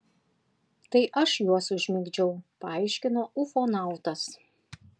tai aš juos užmigdžiau paaiškino ufonautas